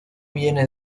viene